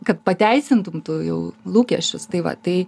kad pateisintum tu jų lūkesčius tai va tai